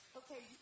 okay